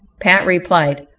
pat replied,